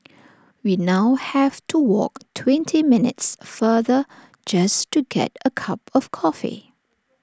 we now have to walk twenty minutes farther just to get A cup of coffee